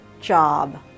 job